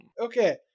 Okay